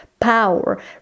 power